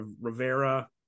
Rivera